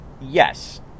yes